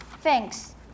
Thanks